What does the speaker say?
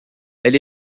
elle